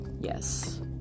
Yes